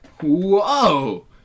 Whoa